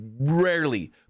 rarely